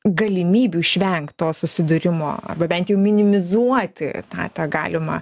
galimybių išvengt to susidūrimo arba bent minimizuoti tą tą galimą